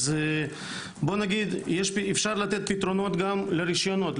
אז אפשר לתת פתרונות גם לרישיונות.